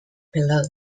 below